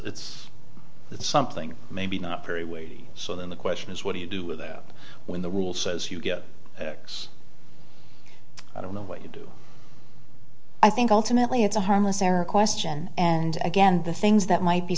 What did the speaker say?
it's it's something maybe not very weighty so then the question is what do you do with that when the rule says you get x i don't know what you do i think ultimately it's a harmless error question and again the things that might be